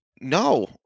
No